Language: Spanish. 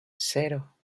cero